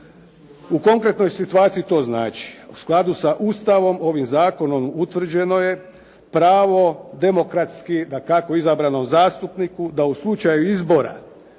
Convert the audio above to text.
U konkretnoj situaciji to znači, u skladu sa Ustavom ovim zakonom utvrđeno je pravo demokratski dakako izabranom zastupniku da u slučaju izbora